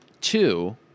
two